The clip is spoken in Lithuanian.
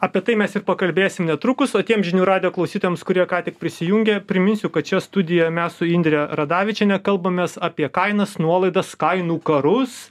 apie tai mes ir pakalbėsim netrukus o tiems žinių radijo klausytojams kurie ką tik prisijungė priminsiu kad čia studijoj mes su indre radavičiene kalbamės apie kainas nuolaidas kainų karus